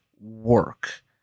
work